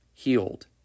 healed